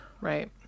Right